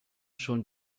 schon